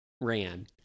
Ran